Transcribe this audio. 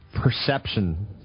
perception